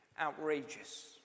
outrageous